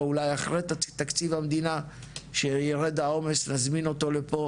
אולי אחרי תקציב המדינה כשירד העומס נזמין אותו לפה